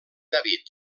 david